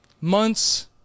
Months